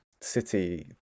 city